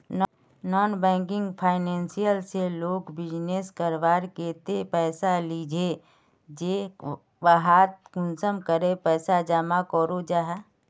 Non banking financial से लोग business करवार केते पैसा लिझे ते वहात कुंसम करे पैसा जमा करो जाहा?